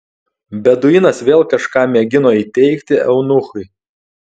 beduinas vėl kažką mėgino įteigti eunuchui